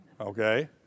Okay